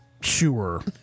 Sure